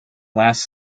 last